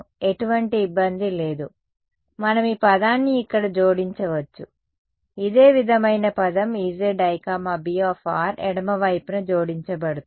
ఎటువంటి ఇబ్బంది లేదు మనం ఈ పదాన్ని ఇక్కడ జోడించవచ్చు ఇదే విధమైన పదం EziB ఎడమ వైపున జోడించబడుతుంది